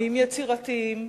עמים יצירתיים,